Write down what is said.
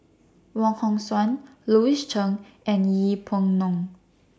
Wong Hong Suen Louis Chen and Yeng Pway Ngon